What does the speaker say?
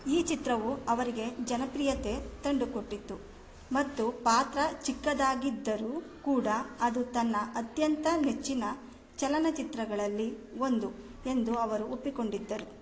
ಈ ಚಿತ್ರವು ಅವರಿಗೆ ಜನಪ್ರಿಯತೆ ತಂದು ಕೊಟ್ಟಿತು ಮತ್ತು ಪಾತ್ರ ಚಿಕ್ಕದಾಗಿದ್ದರೂ ಕೂಡ ಅದು ತನ್ನ ಅತ್ಯಂತ ನೆಚ್ಚಿನ ಚಲನಚಿತ್ರಗಳಲ್ಲಿ ಒಂದು ಎಂದು ಅವರು ಒಪ್ಪಿಕೊಂಡಿದ್ದರು